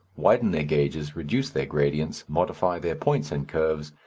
widen their gauges, reduce their gradients, modify their points and curves,